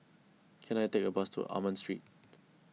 can I take a bus to Almond Street